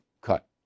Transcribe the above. cut